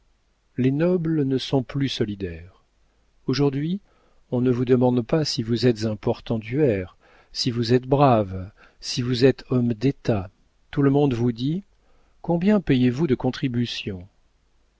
les nobles ne sont plus solidaires aujourd'hui on ne vous demande pas si vous êtes un portenduère si vous êtes brave si vous êtes homme d'état tout le monde vous dit combien payez-vous de contributions